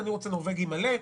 אני רוצה "נורבגי" מלא,